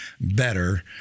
better